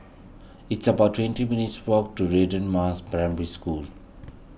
it's about twenty minutes' walk to Radin Mas Primary School